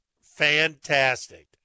fantastic